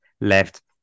left